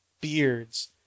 Beards